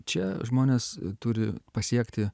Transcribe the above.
čia žmonės turi pasiekti